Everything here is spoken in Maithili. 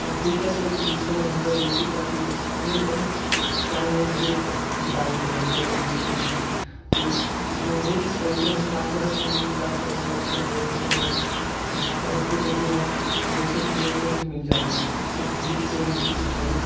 ट्यूटर तऽ बिलकुल नहि हम चलबै छी ताकि ओहिमे बहुत टाइम बीताबे के होइ छै एहि लए हम नहि चलबै छी तैं इसमे बहुत एहन बातो है की नीक बात लगैया अच्छा लगैया देखे मे जैसे बहुत कुछ जे हमरा देखे के जे है तुरंत मिल जाइया कुछ भी कोइ भी चीज छै